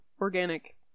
organic